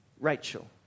Rachel